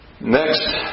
Next